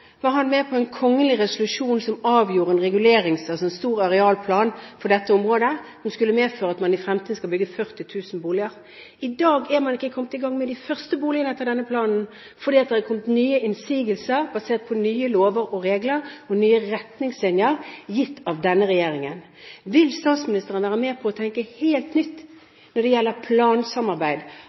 var han med på en kgl. resolusjon som vedtok en stor arealplan for dette området, og som skulle føre til at man i fremtiden fikk bygget 40 000 boliger. I dag er man ikke kommet i gang med de første boligene etter denne planen, fordi det er kommet nye innsigelser basert på nye lover, regler og retningslinjer gitt av denne regjeringen. Vil statsministeren være med på å tenke helt nytt når det gjelder plansamarbeid